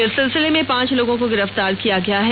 इस सिलसिले में पांच लोगों को गिरफ्तार किया गया है